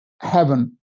heaven